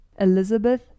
elizabeth